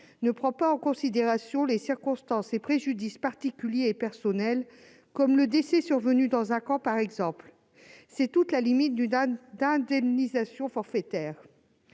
ne prend pas en considération les circonstances et préjudices particuliers et personnels, par exemple le décès survenu dans un camp. C'est toute la limite d'une indemnisation forfaitaire.